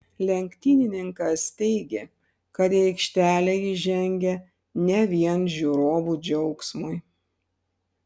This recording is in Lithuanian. lenktynininkas teigė kad į aikštelę jis žengia ne vien žiūrovų džiaugsmui